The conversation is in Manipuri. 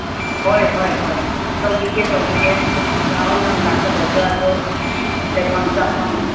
ꯍꯣꯏ ꯍꯣꯏ ꯍꯣꯏ ꯇꯧꯕꯤꯒꯦ ꯇꯧꯕꯤꯒꯦ ꯂꯥꯛꯑꯣ ꯅꯪ ꯂꯥꯛꯀꯗꯕꯗꯣ ꯑꯗꯨ ꯂꯩꯐꯝ ꯆꯥꯐꯝ